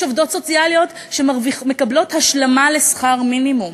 יש עובדות סוציאליות שמקבלות השלמה לשכר מינימום.